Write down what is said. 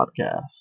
podcast